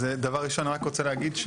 אז דבר ראשון אני רק רוצה להגיד,